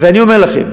ואני אומר לכם: